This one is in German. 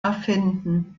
erfinden